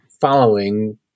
following